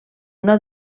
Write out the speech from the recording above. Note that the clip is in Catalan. una